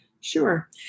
Sure